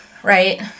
Right